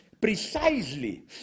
precisely